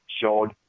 showed